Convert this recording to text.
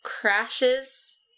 crashes